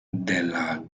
della